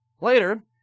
Later